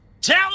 tell